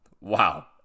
Wow